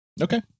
Okay